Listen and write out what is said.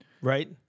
Right